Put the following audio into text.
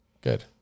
Good